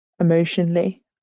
emotionally